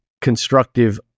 constructive